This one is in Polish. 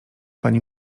pani